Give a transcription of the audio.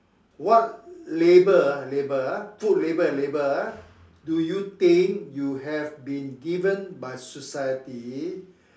what label ah label ah label and label ah do you think you have been given by society